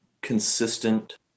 consistent